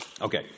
Okay